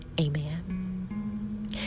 amen